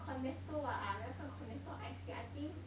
Cornetto ah ah that one's not Cornetto ice cream I think